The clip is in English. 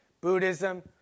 Buddhism